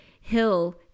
hill